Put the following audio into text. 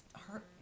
hurt